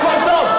הכול טוב,